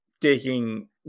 taking